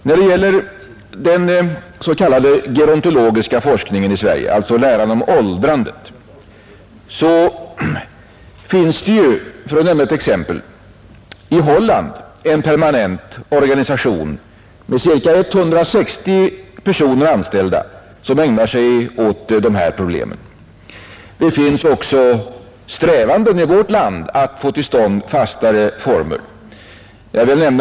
När det gäller den s.k. gerontologiska forskningen i Sverige, alltså forskningen om åldrandet, finns det, för att nämna ett exempel, i Holland en permanent organisation med ca 160 anställda som ägnar sig åt de här problemen. Det finns också strävanden i vårt land att få till stånd fastare former.